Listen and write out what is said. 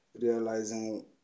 realizing